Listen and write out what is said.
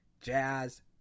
Jazz